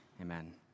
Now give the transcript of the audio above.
Amen